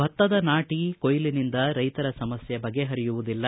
ಭತ್ತದ ನಾಟ ಕೊಯ್ಲಿನಿಂದ ರೈತರ ಸಮಸ್ಥೆ ಬಗೆಹರಿಯುವುದಿಲ್ಲ